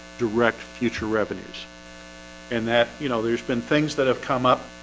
direct future revenues and that you know, there's been things that have come up.